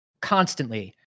constantly